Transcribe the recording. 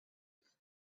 that